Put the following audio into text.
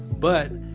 but,